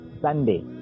sunday